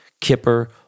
Kipper